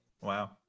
Wow